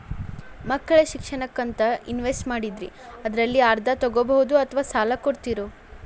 ಮಕ್ಕಳ ಶಿಕ್ಷಣಕ್ಕಂತ ಇನ್ವೆಸ್ಟ್ ಮಾಡಿದ್ದಿರಿ ಅದರಲ್ಲಿ ಅರ್ಧ ತೊಗೋಬಹುದೊ ಅಥವಾ ಸಾಲ ಕೊಡ್ತೇರೊ?